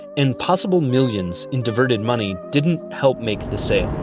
and possible millions in diverted money didn't help make the sale.